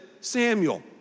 Samuel